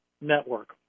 network